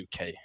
UK